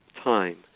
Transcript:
time